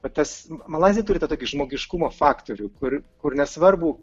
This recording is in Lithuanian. vs tas malaizija turite tokį žmogiškumo faktorių kur kur nesvarbu